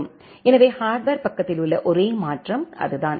எனவே ஹார்ட்வர் பக்கத்தில் உள்ள ஒரே மாற்றம் அதுதான்